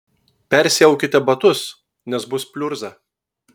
persiaukite batus nes bus pliurza